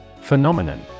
Phenomenon